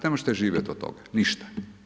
Ne možete živjet od toga, ništa.